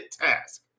task